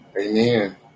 Amen